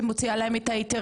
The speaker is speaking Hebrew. מוציאה אותם,